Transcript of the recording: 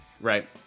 right